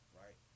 right